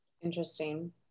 Interesting